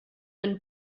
been